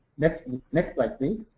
next next slide, please.